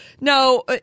No